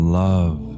love